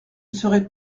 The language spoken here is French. serait